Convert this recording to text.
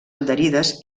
adherides